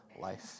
life